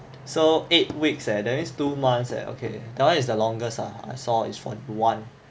so eight weeks leh that means two months eh okay that one is the longest ah I saw is for one